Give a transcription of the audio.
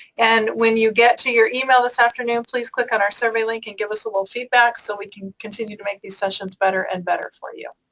and when you get to your email this afternoon, please click on our survey link and give us a little feedback so we can continue to make these sessions better and better for you.